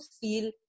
feel